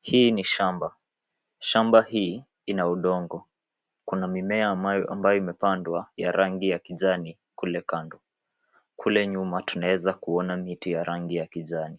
Hii ni shamba. Shamba hii ina udongo, kuna mimea ambayo imepandwa ya rangi ya kijani kule kando. Kule nyuma tunaweza kuona miti ya rangi ya kijani.